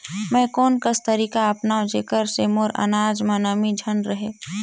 मैं कोन कस तरीका अपनाओं जेकर से मोर अनाज म नमी झन रहे?